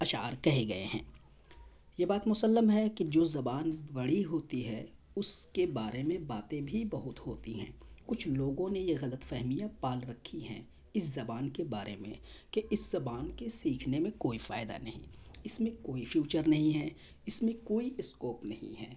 اشعار کہے گئے ہیں یہ بات مسلم ہے کہ جو زبان بڑی ہوتی ہے اس کے بارے میں باتیں بھی بہت ہوتی ہیں کچھ لوگوں نے یہ غلط فہمیاں پال رکھی ہیں اس زبان کے بارے میں کہ اس زبان کے سیکھنے میں کوئی فائدہ نہیں اس میں کوئی فیوچر نہیں ہے اس میں کوئی اسکوپ نہیں ہے